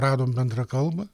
radom bendrą kalbą